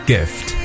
Gift